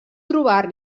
trobar